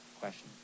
question